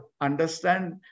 understand